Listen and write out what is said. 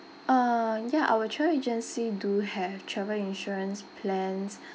uh ya our travel agency do have travel insurance plans